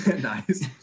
nice